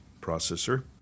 processor